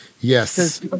Yes